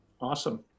Awesome